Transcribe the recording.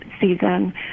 season